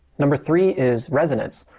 number three is resonance.